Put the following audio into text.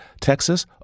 Texas